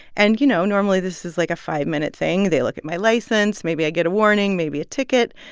and, you know, normally, this is, like, a five-minute thing. they look at my license, maybe i get a warning, maybe a ticket.